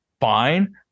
fine